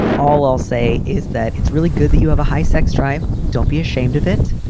all i'll say is that it's really good that you have a high sex drive. don't be ashamed of it.